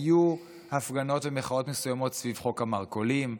היו הפגנות ומחאות מסוימות סביב חוק המרכולים,